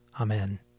Amen